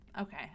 Okay